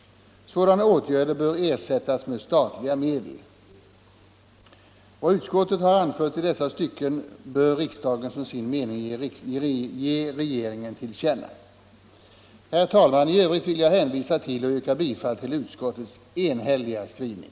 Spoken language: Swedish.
Sådana åtgärder bör ersättas med statliga medel. Vad utskottet nu har anfört i dessa stycken bör riksdagen som sin mening ge regeringen till känna. Herr talman! I övrigt vill jag hänvisa till och yrka bifall till utskottets enhälliga skrivning.